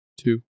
two